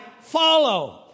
follow